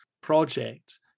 project